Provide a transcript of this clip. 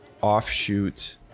offshoot